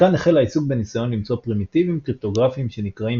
מכאן החל העיסוק בניסיון למצוא פרימיטיבים קריפטוגרפיים שנקראים